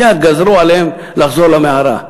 מייד גזרו עליהם לחזור למערה,